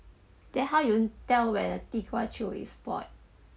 then how you tell where 地瓜球 is spoiled